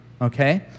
Okay